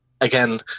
Again